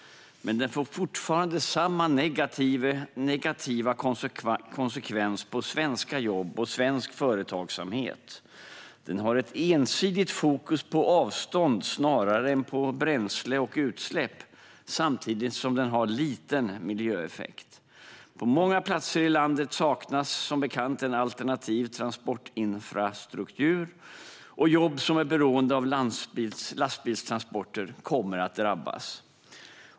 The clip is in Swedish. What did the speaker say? Men den får fortfarande samma negativa konsekvenser på svenska jobb och svensk företagsamhet. Den har ett ensidigt fokus på avstånd snarare än på bränsle och utsläpp, samtidigt som den har liten miljöeffekt. På många platser i landet saknas som bekant en alternativ transportinfrastruktur, och jobb som är beroende av lastbilstransporter kommer att drabbas.